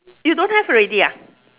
you don't have already ah